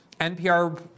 NPR